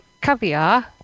Caviar